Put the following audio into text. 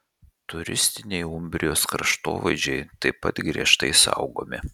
turistiniai umbrijos kraštovaizdžiai taip pat griežtai saugomi